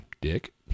Dick